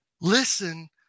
listen